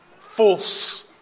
false